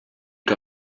que